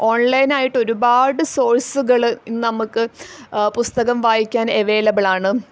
ഓൺലൈനായിട്ട് ഒരുപാട് സോഴ്സുകൾ ഇന്ന് നമുക്ക് പുസ്തകം വായിക്കാൻ അവൈലബിൾ ആണ്